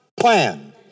plan